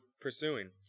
pursuing